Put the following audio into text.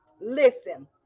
Listen